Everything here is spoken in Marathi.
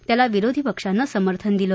त्याला विरोधी पक्षानं समर्थन दिलं